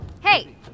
Hey